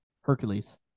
Hercules